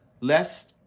lest